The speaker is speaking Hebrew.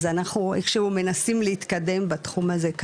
אז אנחנו איכשהו מנסים להתקדם בתחום הזה,